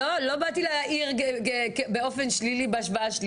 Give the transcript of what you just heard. התכוונתי להעיר באופן שלילי בהשוואה.